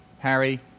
Harry